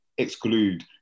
exclude